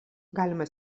galima